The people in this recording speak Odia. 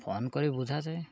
ଫୋନ୍ କରି ବୁଝାଯାଏ